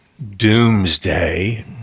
doomsday